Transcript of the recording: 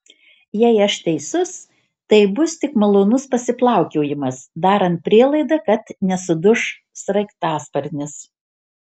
jei aš teisus tai bus tik malonus pasiplaukiojimas darant prielaidą kad nesuduš sraigtasparnis